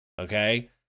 okay